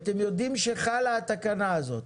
ואתם יודעים שחלה התקנה הזאת,